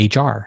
HR